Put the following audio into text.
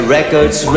Records